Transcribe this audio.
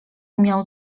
miał